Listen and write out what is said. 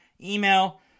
email